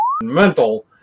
mental